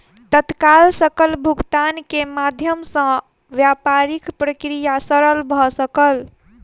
तत्काल सकल भुगतान के माध्यम सॅ व्यापारिक प्रक्रिया सरल भ सकल